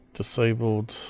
disabled